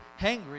hangry